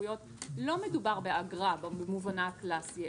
הסמכויות לא מדובר באגרה במובנה הקלאסי,